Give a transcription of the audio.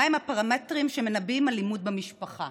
מהם הפרמטרים שמנבאים אלימות במשפחה?